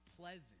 pleasant